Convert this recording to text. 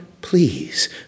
please